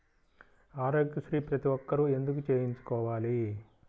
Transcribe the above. ఆరోగ్యశ్రీ ప్రతి ఒక్కరూ ఎందుకు చేయించుకోవాలి?